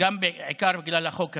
בעיקר בגלל החוק הזה.